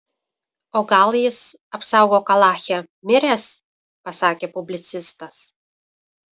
o gal jis apsaugok alache miręs pasakė publicistas